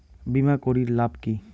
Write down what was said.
বিমা করির লাভ কি?